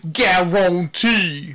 guarantee